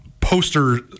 poster